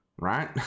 right